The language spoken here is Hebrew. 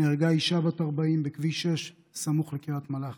נהרגה אישה בת 40 בכביש 6 סמוך לקריית מלאכי.